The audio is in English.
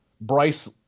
bryce